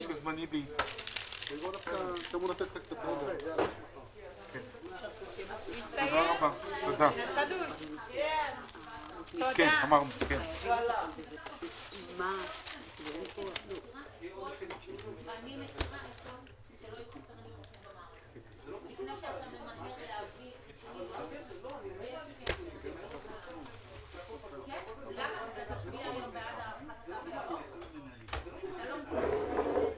14:30.